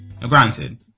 Granted